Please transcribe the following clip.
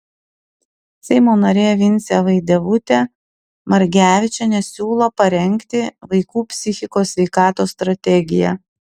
seimo narė vincė vaidevutė margevičienė siūlo parengti vaikų psichikos sveikatos strategiją